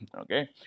Okay